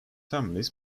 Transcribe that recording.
families